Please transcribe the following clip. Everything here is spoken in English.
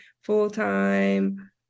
full-time